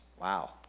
Wow